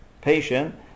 patient